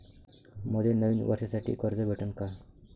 मले नवीन वर्षासाठी कर्ज भेटन का?